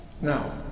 Now